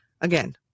Again